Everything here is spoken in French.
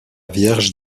vierge